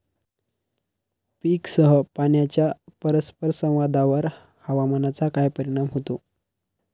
पीकसह पाण्याच्या परस्पर संवादावर हवामानाचा काय परिणाम होतो?